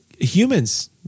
humans